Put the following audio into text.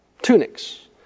tunics